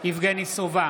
יבגני סובה,